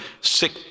sick